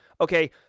Okay